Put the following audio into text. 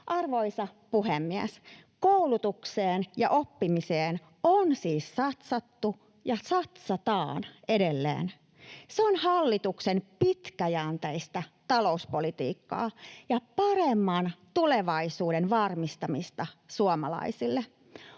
Arvoisa puhemies! Koulutukseen ja oppimiseen on siis satsattu ja satsataan edelleen. Se on hallituksen pitkäjänteistä talouspolitiikkaa ja paremman tulevaisuuden varmistamista suomalaisille.